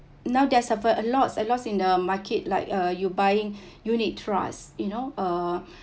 now there is a lots a lots in the market like uh you buying unit trust you know uh